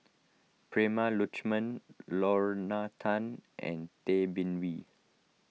Prema Letchumanan Lorna Tan and Tay Bin Wee